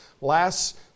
last